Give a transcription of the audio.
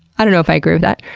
i don't know if i agree with that.